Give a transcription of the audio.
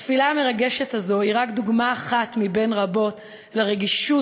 התפילה המרגשת הזו היא רק דוגמה אחת מבין רבות לרגישות